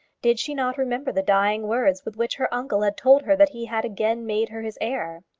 did she not remember the dying words with which her uncle had told her that he had again made her his heir?